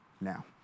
Now